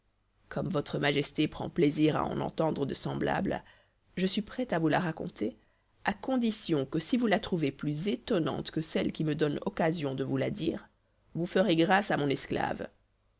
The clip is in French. comme votre majesté prend plaisir à en entendre de semblables je suis prêt à vous la raconter à condition que si vous la trouvez plus étonnante que celle qui me donne occasion de vous la dire vous ferez grâce à mon esclave